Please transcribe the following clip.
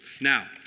Now